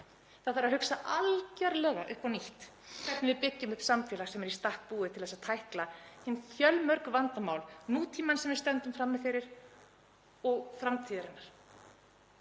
Það þarf að hugsa algerlega upp á nýtt hvernig við byggjum upp samfélag sem er í stakk búið til þess að tækla hin fjölmörgu vandamál nútímans sem við stöndum frammi fyrir, og framtíðarinnar.